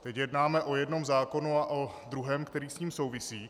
Teď jednáme o jednom zákonu a o druhém, který s ním souvisí.